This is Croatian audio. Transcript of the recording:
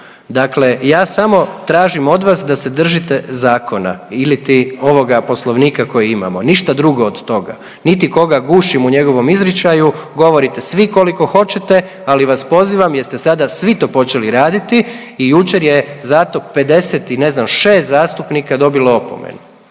Dakle ja samo tražim od vas da se držite zakona ili ti ovoga Poslovnika koji imamo. Ništa drugo od toga. Niti koga gušim u njegovom izričaju, govorite svi koliko hoćete, ali vas pozivam jer ste sada svi to počeli raditi i jučer je zato 50 i ne znam, 6 zastupnika dobilo opomene.